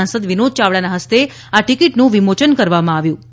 સાંસદ વિનોદ ચાવડાના હસ્તે આ ટિકિટનું વિમોચન કરવામાં આવ્યું હતું